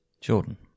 Jordan